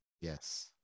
Yes